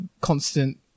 constant